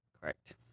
Correct